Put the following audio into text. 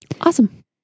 Awesome